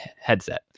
headset